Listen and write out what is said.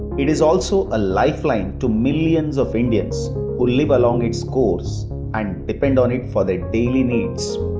it is also a lifeline to millions of indians who live along its course and depend on it for their daily needs.